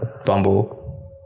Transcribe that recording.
Bumble